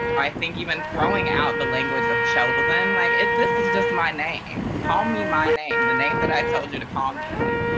i think even throwing out the language of chosen, like this is just my name. call me my name, the name that i told you to call me.